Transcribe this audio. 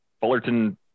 Fullerton